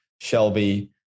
Shelby